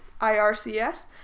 IRCS